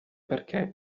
perché